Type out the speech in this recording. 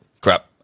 Crap